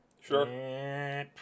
Sure